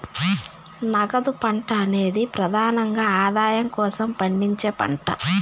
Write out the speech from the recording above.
నగదు పంట అనేది ప్రెదానంగా ఆదాయం కోసం పండించే పంట